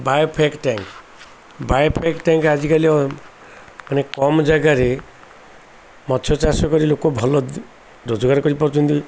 bio fake tank biofloc tank ଆଜିକାଲି ମାନେ କମ ଜାଗାରେ ମତ୍ସ୍ୟ ଚାଷ କରି ଲୋକ ଭଲ ରୋଜଗାର କରିପାରୁଛନ୍ତି